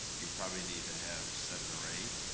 you probably need to have seven or eight,